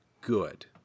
good